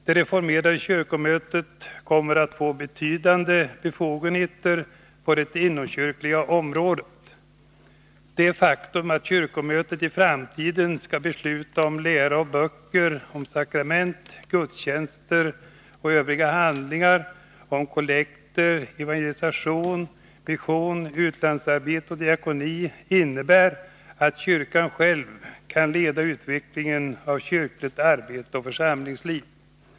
Det reformerade kyrkomötet kommer att få betydande befogenheter på det inomkyrkliga området. Det faktum att kyrkomötet i framtiden skall besluta om lära och böcker, om sakrament, gudstjänster och övriga handlingar, om kollekter, om evangelisation, mission, utlandsarbete och diakoni innebär att kyrkan själv kan leda utvecklingen av kyrkligt arbete och församlingsliv.